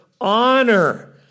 honor